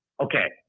okay